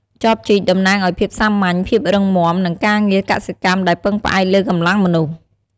ចបជីកតំណាងឱ្យភាពសាមញ្ញ ភាពរឹងមាំ និងការងារកសិកម្មដែលពឹងផ្អែកលើកម្លាំងមនុស្ស។